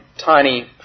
tiny